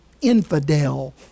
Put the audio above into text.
infidel